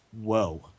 whoa